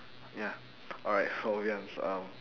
ya alright um